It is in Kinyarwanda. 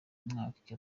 myaka